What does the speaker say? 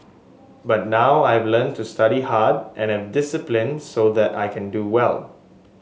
but now I've learnt to study hard and have discipline so that I can do well